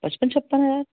पचपन छप्पन हज़ार